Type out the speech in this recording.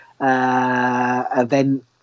event